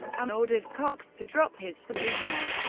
and ordered cox to drop his subpoena.